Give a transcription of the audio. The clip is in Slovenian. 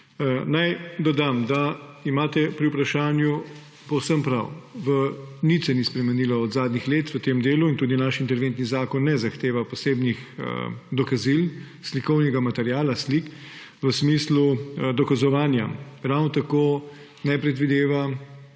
Naj dodam, da imate pri vprašanju povsem prav. Nič se ni spremenilo od zadnjih let v tem delu in tudi naš interventni zakon ne zahteva posebnih dokazil, slikovnega materiala, slik v smislu dokazovanja. Ravno tako ne predvideva